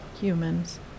humans